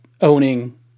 owning